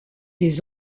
des